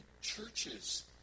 churches